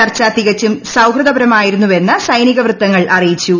ചർച്ച തികച്ചും സൌഹൃദപരമായിരുന്നവെന്ന് സൈനിക വൃത്തങ്ങൾ അറിയിച്ചു